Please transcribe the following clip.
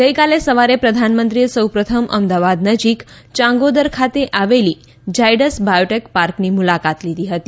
ગઈકાલે સવારે પ્રધાનમંત્રીએ સૌપ્રથમ અમદાવાદ નજીક ચાંગોદર ખાતે આવેલી ઝાયડ્સ બાયોટેક પાર્કની મુલાકાત લીધી હતી